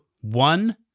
one